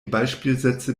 beispielsätze